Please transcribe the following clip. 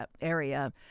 area